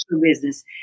business